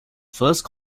first